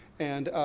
and,